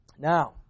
Now